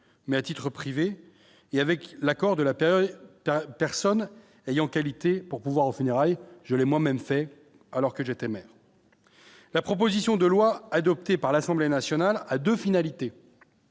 mais à titre privé et avec l'accord de la peur personne ayant qualité pour pouvoir aux funérailles, je l'ai moi-même fait alors que j'étais maire, la proposition de loi adoptée par l'Assemblée nationale a 2 finalités